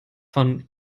von